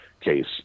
case